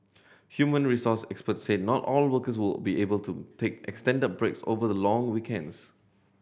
human resource experts said not all workers will be able to take extended breaks over the long weekends